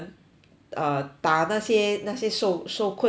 uh 打那些那些受受困难的人